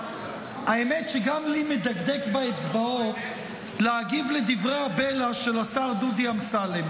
האמת שגם לי מדגדג באצבעות להגיב על דברי הבלע של השר דודי אמסלם,